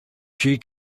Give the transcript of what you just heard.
she